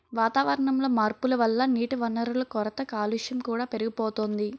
వాతావరణంలో మార్పుల వల్ల నీటివనరుల కొరత, కాలుష్యం కూడా పెరిగిపోతోంది